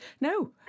no